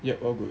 yeap all good